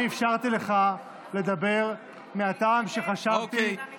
אני אפשרתי לך לדבר מהטעם שחשבתי